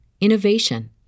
innovation